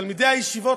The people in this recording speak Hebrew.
ותלמידי הישיבות,